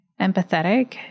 empathetic